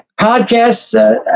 podcasts